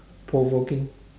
provoking